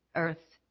earth,